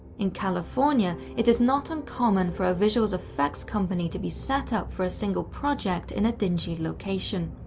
in california, it is not uncommon for a visual effects company to be set up for a single project in a dingy location.